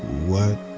what.